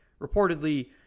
reportedly